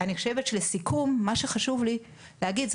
אני חושבת שלסיכום מה שחשוב לי להגיד הוא,